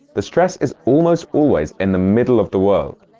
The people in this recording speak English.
the stress is almost always in the middle of the word,